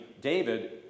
David